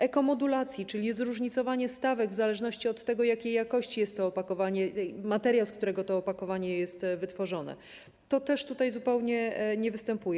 Ekomodulacja, czyli zróżnicowanie stawek w zależności od tego, jakiej jakości jest opakowanie, materiał, z którego to opakowanie jest wytworzone - to też tutaj zupełnie nie występuje.